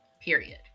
period